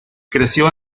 creció